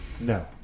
No